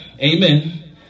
Amen